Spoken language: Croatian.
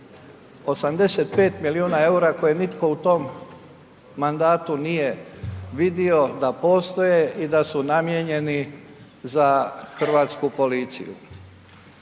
85 milijuna EUR-a koje nitko u tom mandatu nije vidio da postoje i da su namijenjeni za hrvatsku policiju.